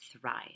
thrive